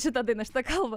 šitą dainą šitą kalbą